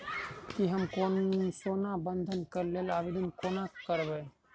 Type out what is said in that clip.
की हम सोना बंधन कऽ लेल आवेदन कोना करबै?